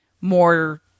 more